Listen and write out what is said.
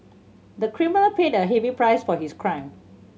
the criminal paid a heavy price for his crime